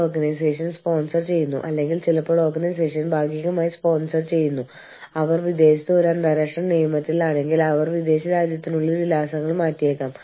എങ്ങനെ ഏത് രാജ്യം ഭരിക്കുന്നു ഏത് നിയമം ഈ വ്യക്തിയുടെ പ്രവർത്തനങ്ങൾ ഏത് രാജ്യത്തിന്റെ നിയമത്തിനു കിഴിലായിരിക്കും മുതലായ മാനദണ്ഡങ്ങൾ നമ്മൾക്കുണ്ട്